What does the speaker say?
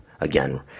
again